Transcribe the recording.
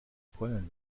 pollen